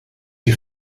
die